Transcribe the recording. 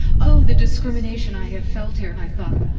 oh, the discrimination i have felt here. and i thought,